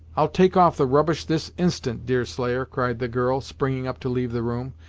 i'll take off the rubbish this instant, deerslayer, cried the girl, springing up to leave the room,